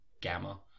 Gamma